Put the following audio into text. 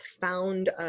found